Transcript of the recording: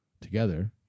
together